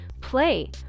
play